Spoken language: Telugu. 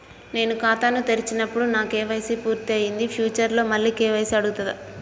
నేను ఖాతాను తెరిచినప్పుడు నా కే.వై.సీ పూర్తి అయ్యింది ఫ్యూచర్ లో మళ్ళీ కే.వై.సీ అడుగుతదా?